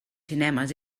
cinemes